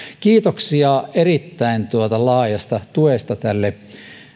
kiitoksia erittäin laajasta tuesta tälle